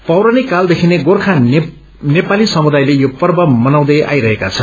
पौराणिक कालदेखि नै गोर्खा नेपाली समुदायले यो पर्व मनाउँदै आइरहेका छन्